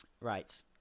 Right